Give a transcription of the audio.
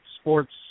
sports